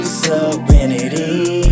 serenity